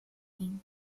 gen